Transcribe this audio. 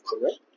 Correct